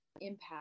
impact